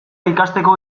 ikasteko